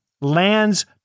lands